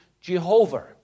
Jehovah